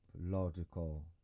logical